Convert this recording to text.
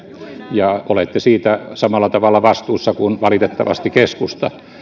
ja olette siitä samalla tavalla vastuussa kuin valitettavasti keskusta